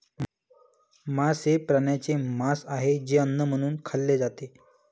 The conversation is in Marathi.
मांस हे प्राण्यांचे मांस आहे जे अन्न म्हणून खाल्ले जाते